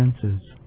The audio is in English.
senses